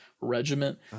regiment